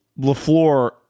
LaFleur